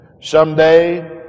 Someday